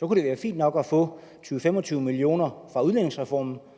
Det kunne det være fint nok at få 20-25 mio. kr. fra udligningsreformen,